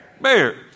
bear